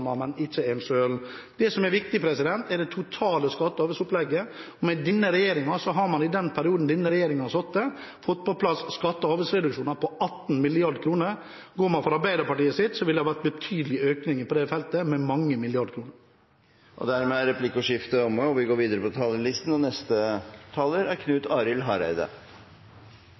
men ikke en selv. Det som er viktig, er det totale skatte- og avgiftsopplegget. I den perioden denne regjeringen har sittet, har man fått på plass skatte- og avgiftsreduksjoner på 18 mrd. kr. Går man inn for Arbeiderpartiets opplegg, ville det vært betydelige økninger på det feltet, med mange milliarder kroner. Replikkordskiftet er omme. Eg vil starte med å gi ein takk til Høgre, Framstegspartiet og Venstre. Kristeleg Folkeparti er